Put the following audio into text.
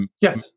Yes